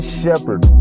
shepherd